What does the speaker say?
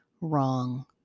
wrong